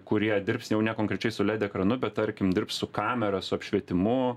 kurie dirbs jau ne konkrečiai su led ekranu bet tarkim dirbs su kamera su apšvietimu